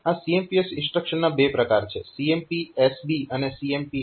આ CMPS ઇન્સ્ટ્રક્શનના બે પ્રકાર છે CMPSB અને CMPSW